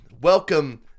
Welcome